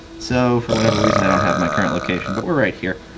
so for whatever reason i don't have my current location, but were right here.